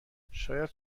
شاید